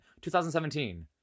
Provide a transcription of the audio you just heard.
2017